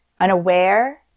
unaware